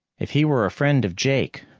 if he were a friend of jake,